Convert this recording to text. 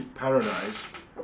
paradise